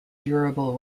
durable